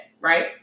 right